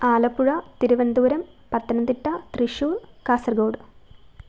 Alappuzha Thiruvananthapuram Pathanamthitta Thrissur Kasaragod